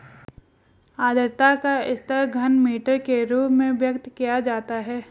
आद्रता का स्तर घनमीटर के रूप में व्यक्त किया जाता है